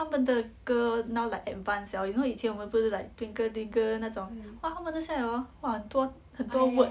他们的歌 now like advanced liao you know 以前我们不是 like twinkle twinkle 那种哇他们的现在 hor 哇很多很多 words